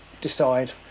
decide